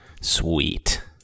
Sweet